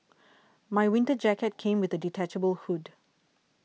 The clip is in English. my winter jacket came with a detachable hood